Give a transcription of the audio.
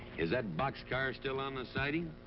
is that boxcar still on the siding?